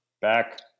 back